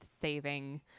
saving